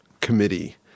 committee